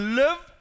live